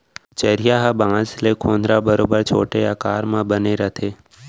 चरिहा ह बांस ले खोदरा बरोबर छोटे आकार म बने रथे